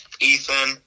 Ethan